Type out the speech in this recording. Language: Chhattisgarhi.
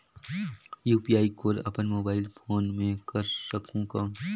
यू.पी.आई कोड अपन मोबाईल फोन मे कर सकहुं कौन?